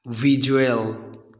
visual